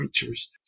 creatures